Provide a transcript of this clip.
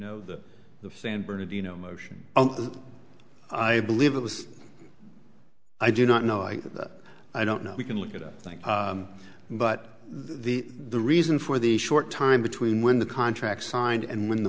know the san bernardino motion i believe it was i do not know i i don't know we can look it up but the the reason for the short time between when the contracts signed and when the